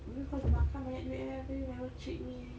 ni kau pergi makan banyak duit eh habis you never treat me